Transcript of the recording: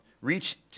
Reach